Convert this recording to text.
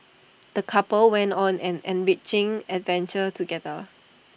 the couple went on an enriching adventure together